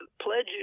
Pledge